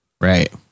Right